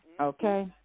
Okay